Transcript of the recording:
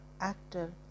actor